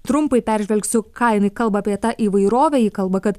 trumpai peržvelgsiu ką jinai kalba apie tą įvairovę ji kalba kad